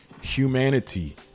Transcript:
Humanity